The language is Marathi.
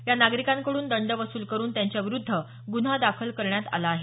या नागरिकांकडून दंड वसूल करुन त्यांच्याविरुद्ध गुन्हा दाखल करण्यात आला आहे